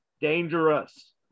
Dangerous